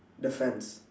the fence